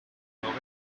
aurait